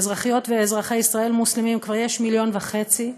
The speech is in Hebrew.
ואזרחיות ואזרחי ישראל מוסלמים כבר יש מיליון וחצי.